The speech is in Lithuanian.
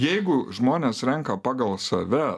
jeigu žmonės renka pagal save